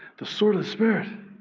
the sword of spirit.